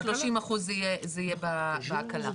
אנחנו הקבלנים,